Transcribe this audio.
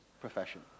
profession